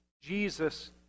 Jesus